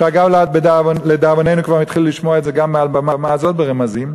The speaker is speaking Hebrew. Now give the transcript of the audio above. שאגב לדאבוננו כבר מתחילים לשמוע את זה גם מעל במה זו ברמזים.